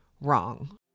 wrong